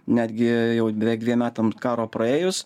netgi beveik dviem metam karo praėjus